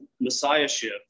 messiahship